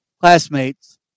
classmates